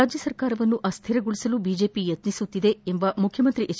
ರಾಜ್ಯ ಸರ್ಕಾರವನ್ನು ಅಸ್ಥಿರಗೊಳಿಸಲು ಬಿಜೆಪಿ ಯತ್ನಿಸುತ್ತಿದೆ ಎಂಬ ಮುಖ್ಯಮಂತ್ರಿ ಎಚ್